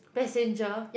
passenger